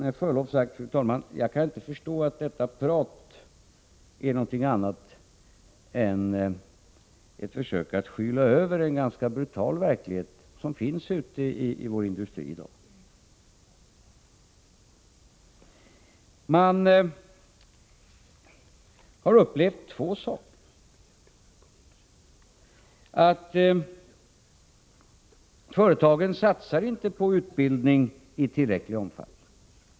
Med förlov sagt, fru talman: Jag kan inte förstå att detta prat är någonting annat än ett försök att skyla över den ganska brutala verklighet som finns ute i vår industri i dag. Man har upplevt två saker. Företagen satsar inte på utbildning i tillräcklig omfattning.